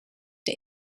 der